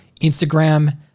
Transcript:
Instagram